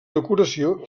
decoració